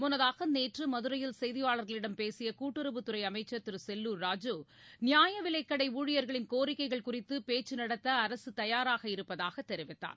முன்னதாக நேற்று மதுரையில் செய்தியாளர்களிடம் பேசிய கூட்டுறவுத்துறை அமைச்சர் திருசெல்லூர் ராஜு நியாயவிலைக்கடை ஊழியர்களின் கோரிக்கைகள் குறித்து பேச்சு நடத்த அரசு தயாராக இருப்பதாக தெரிவித்தார்